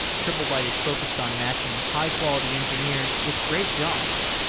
triplebyte is focused on matching high-quality engineers with great jobs.